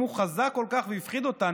אם הוא חזק כל כך והפחיד אותנו,